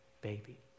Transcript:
baby